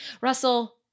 Russell